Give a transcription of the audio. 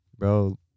Bro